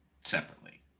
Separately